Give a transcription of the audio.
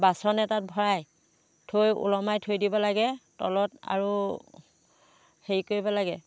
বাচন এটাত ভৰাই থৈ ওলমাই থৈ দিব লাগে তলত আৰু হেৰি কৰিব লাগে